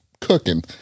cooking